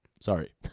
Sorry